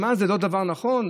מה, זה לא דבר נכון?